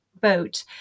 boat